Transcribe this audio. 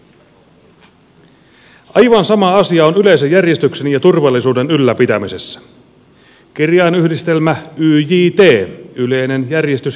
aivan sama asia on yleisen järjestyksen ja turvallisuuden ylläpitämisessä kirjainyhdistelmä yjt yleinen järjestys ja turvallisuus